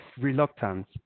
reluctance